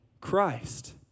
Christ